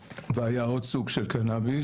והיה עוד סוג של קנביס,